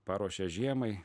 paruošia žiemai